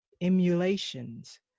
emulations